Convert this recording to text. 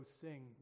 sing